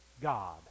God